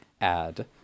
add